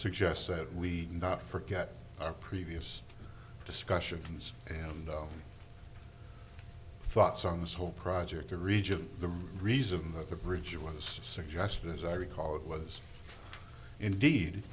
suggest that we not forget our previous discussions and thoughts on this whole project the region the reason that the bridge was suggested as i recall it was indeed